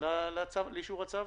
לתוכן הצו?